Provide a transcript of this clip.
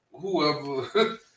whoever